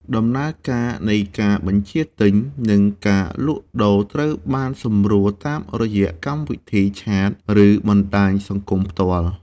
ដំណើរការនៃការបញ្ជាទិញ និងការលក់ដូរត្រូវបានសម្រួលតាមរយៈកម្មវិធីឆាត ឬបណ្ដាញសង្គមផ្ទាល់។